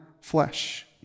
flesh